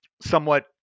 somewhat